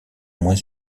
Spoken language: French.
moins